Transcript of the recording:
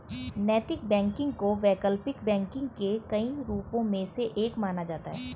नैतिक बैंकिंग को वैकल्पिक बैंकिंग के कई रूपों में से एक माना जाता है